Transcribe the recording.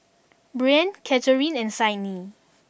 Breann Catharine and Sydnee